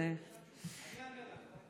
אני אענה לך.